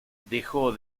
dejó